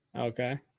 Okay